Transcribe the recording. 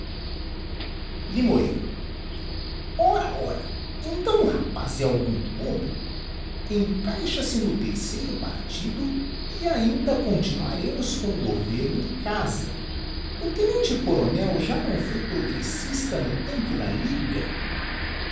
limoeiro ora ora então o rapaz é algum bobo encaixa se no terceiro partido e ainda continuaremos com o governo em casa o tenente-coronel já não foi progressista no tempo da liga